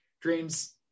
dreams